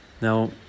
Now